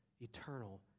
eternal